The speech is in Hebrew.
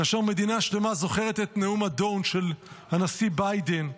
כאשר מדינה שלמה זוכרת את נאום ה-don't של הנשיא ביידן,